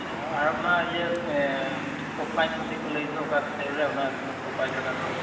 ᱟᱪᱪᱷᱟ ᱟᱨ ᱚᱱᱟ ᱤᱭᱟᱹ ᱚᱱᱟ ᱠᱳᱯᱟᱭ ᱱᱚᱫᱤ ᱠᱚ ᱞᱟᱹᱭ ᱫᱚ ᱚᱠᱟ ᱥᱮᱫ ᱨᱮ ᱚᱱᱟ ᱠᱳᱯᱟᱭ ᱜᱟᱰᱟ ᱫᱚ